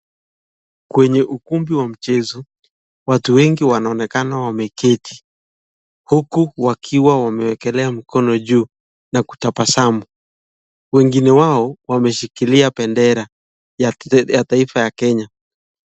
Kwenye ukumbi wa mchezo watu wengi wanaonekana wameketi huku wakiwa wameekelea mkono juu na kutabasamu. Wengine wao wameshikilia pendera ya ya taifa ya kenya.